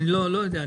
לא יודע.